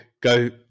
go